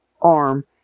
arm